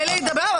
מילא מדבר.